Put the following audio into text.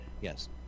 Yes